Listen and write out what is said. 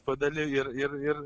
puodeliu ir ir ir